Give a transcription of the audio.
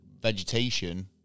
vegetation